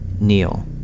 Neil